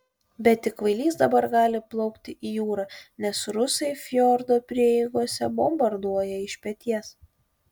bet tik kvailys dabar gali plaukti į jūrą nes rusai fjordo prieigose bombarduoja iš peties